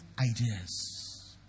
ideas